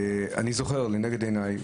אני זוכר לנגד עיניי,